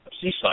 Seaside